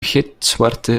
gitzwarte